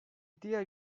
diğer